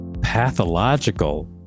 pathological